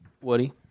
Woody